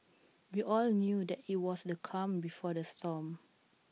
we all knew that IT was the calm before the storm